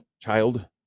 child